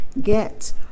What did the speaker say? get